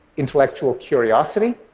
intellectual curiosity,